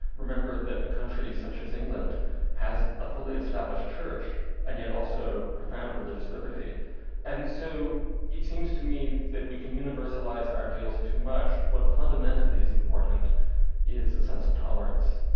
remember that a country such as england has a fully established church and yet also profound religious liberty and so it seems to me that we can universalize our ideals too much. what fundamentally is important is a sense of tolerance,